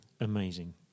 Amazing